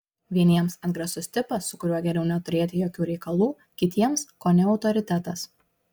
vieniems atgrasus tipas su kuriuo geriau neturėti jokių reikalų kitiems kone autoritetas